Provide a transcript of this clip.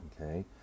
Okay